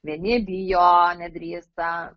vieni bijo nedrįsta